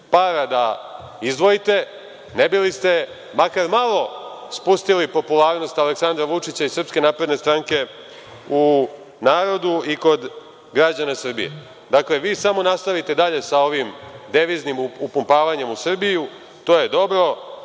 para da izdvojite ne bi li makar malo spustili popularnost Aleksandra Vučića i SNS u narodu i kod građana Srbije. Dakle, vi samo nastavite dalje sa ovim deviznim upumpavanjem u Srbiju. To je dobro,